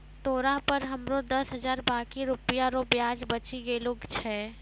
तोरा पर हमरो दस हजार बाकी रुपिया रो ब्याज बचि गेलो छय